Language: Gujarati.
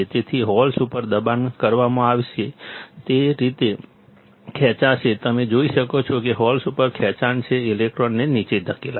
તેથી હોલ્સ ઉપર દબાણ કરવામાં આવશે તે ઉપર ખેંચાશે તમે જોઈ શકો છો કે હોલ્સ ઉપર ખેંચાય છે ઇલેક્ટ્રોનને નીચે ધકેલાય છે